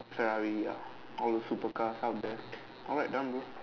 Ferrari ah all the super cars out there alright Lambo